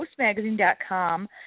PostMagazine.com